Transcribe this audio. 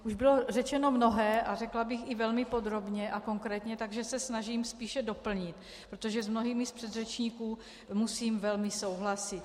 Už bylo řečeno mnohé a řekla bych i velmi podrobně a konkrétně, takže se snažím spíše doplnit, protože s mnohými z předřečníků musím velmi souhlasit.